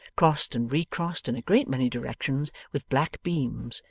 crossed and re-crossed in a great many directions with black beams,